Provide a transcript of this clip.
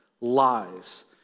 lies